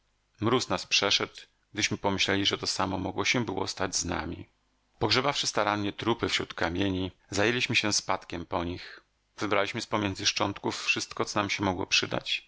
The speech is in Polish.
mróz nas przeszedł gdyśmy pomyśleli że to samo mogło się było stać z nami pogrzebawszy starannie trupy wśród kamieni zajęliśmy się spadkiem po nich wybraliśmy z pomiędzy szczątków wszystko co nam się mogło przydać